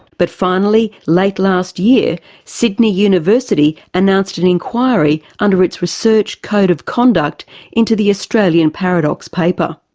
but finally late last year sydney university announced an inquiry under its research code of conduct into the australian paradox paper.